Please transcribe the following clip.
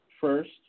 first